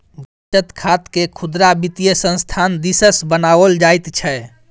बचत खातकेँ खुदरा वित्तीय संस्थान दिससँ बनाओल जाइत छै